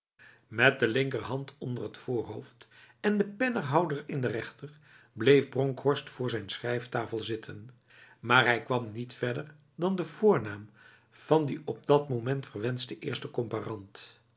met de linkerhand onder het voorhoofd en de pennenhouder in de rechter bleef bronkhorst voor zijn schrijftafel zitten maar hij kwam niet verder dan de voornaam van die op dat moment verwenste eerste comparant